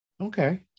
Okay